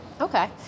Okay